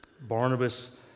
Barnabas